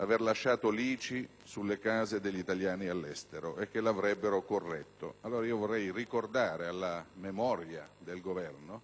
aver lasciato l'ICI sulle case degli italiani all'estero e che l'avrebbero corretto. Allora vorrei ricordare alla memoria del Governo